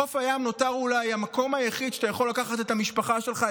חוף הים נותר אולי המקום היחיד שאתה יכול לקחת את המשפחה שלך,